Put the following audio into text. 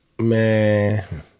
Man